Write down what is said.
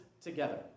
together